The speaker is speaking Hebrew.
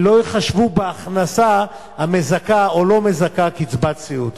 ייחשבו בהכנסה המזכה או לא מזכה קצבת סיעוד.